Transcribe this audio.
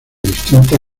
distinta